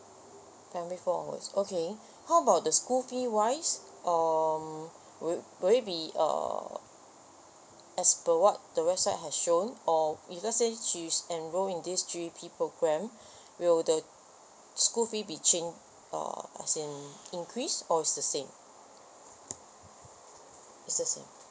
primary four onwards okay how about the school fee wise um would would it be err as per what the website has shown or if let's say she's enroll in these G_E_P program will the school fee be changed uh as in increase or is the same it's the same